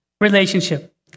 relationship